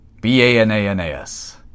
B-A-N-A-N-A-S